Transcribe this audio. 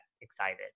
excited